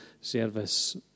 service